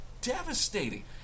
devastating